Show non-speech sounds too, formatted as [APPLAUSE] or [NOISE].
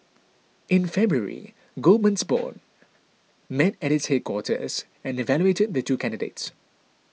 in February Goldman's board [NOISE] met at its headquarters and evaluated the two candidates